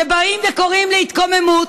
שבאים וקוראים להתקוממות.